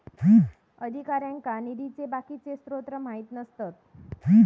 अधिकाऱ्यांका निधीचे बाकीचे स्त्रोत माहित नसतत